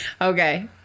okay